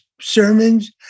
sermons